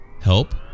Help